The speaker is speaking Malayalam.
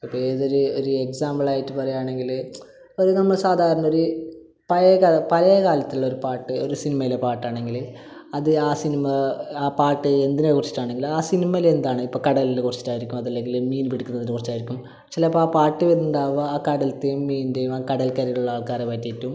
അപ്പോൾ ഏതൊരു ഒരു ഒരു എക്സാമ്പിളായിട്ട് പറയാണെങ്കിൽ ഒരു നമ്മൾ സാധാരണ ഒരു പഴയ കാല പഴയ കാലത്തുള്ള ഒരു പാട്ട് ഒരു സിനിമയിലെ പാട്ടാണെങ്കിൽ അത് ആ സിനിമ ആ പാട്ട് എന്തിനെക്കുറിച്ചിട്ടാണെങ്കിലും ആ സിനിമേലെന്താണ് ഇപ്പോൾ കടലിനെക്കുറിച്ചിട്ടായിരിക്കും അതല്ലെങ്കിൽ മീൻ പിടിക്കുന്നതിനെക്കുറിച്ചായിരിക്കും ചിലപ്പോൾ ആ പാട്ട് വരുന്നുണ്ടാവുക ആ കടൽത്തെയും മീനിൻ്റെയും കടൽക്കരയിലുള്ള ആൾക്കാരെപ്പറ്റിയിട്ടും